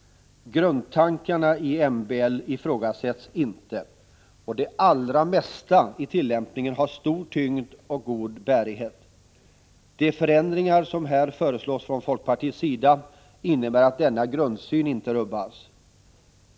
Grundtankarna i MBL ifrågasätts inte, och det allra mesta i tillämpningen har stor tyngd och god bärighet. De förändringar som här föreslås från folkpartiets sida innebär att denna grundsyn inte rubbas.